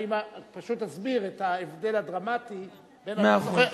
פשוט תסביר את ההבדל הדרמטי בין, מאה אחוז.